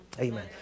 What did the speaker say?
Amen